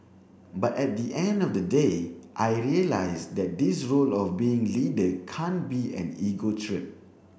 but at the end of the day I realised that this role of being leader can't be an ego trip